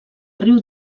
riu